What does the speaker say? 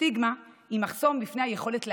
הסטיגמה היא מחסום בפני היכולת להחלים,